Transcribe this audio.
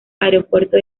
aeropuerto